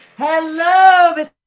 Hello